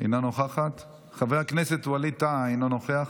אינה נוכחת, חבר הכנסת גלעד קריב, אינו נוכח,